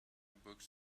books